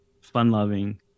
fun-loving